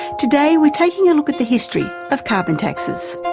today, we're taking a look at the history of carbon taxes.